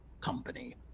Company